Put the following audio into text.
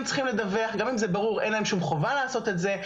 צריכים לדווח וגם אם זה ברור אין להם שום חובה לעשות את זה,